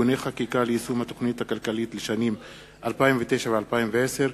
(תיקוני חקיקה ליישום התוכנית הכלכלית לשנים 2009 ו-2010)